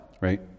right